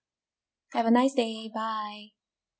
have a nice day bye